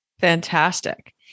Fantastic